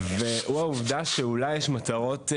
והוא העובדה שאולי יש מטרות,